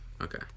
Okay